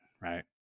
right